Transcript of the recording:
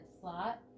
slot